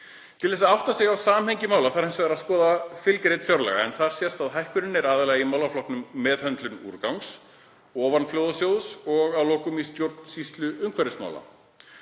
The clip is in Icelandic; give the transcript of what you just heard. Til þess að átta sig á samhengi mála þarf hins vegar að skoða fylgirit fjárlaga en þar sést að hækkunin er aðallega í málaflokkunum meðhöndlun úrgangs, ofanflóðasjóður og að lokum stjórnsýsla umhverfismála.